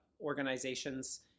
organizations